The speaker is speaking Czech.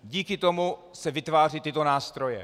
Díky tomu se vytvářejí tyto nástroje.